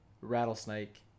rattlesnake